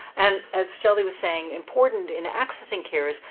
and as shelley was saying, important in accessing care is,